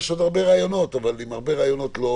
יש עוד הרבה רעיונות, אבל עם הרבה רעיונות לא